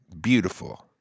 beautiful